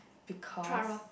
because